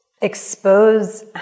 expose